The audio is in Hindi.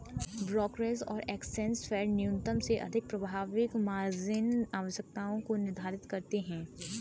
ब्रोकरेज और एक्सचेंज फेडन्यूनतम से अधिक प्रारंभिक मार्जिन आवश्यकताओं को निर्धारित करते हैं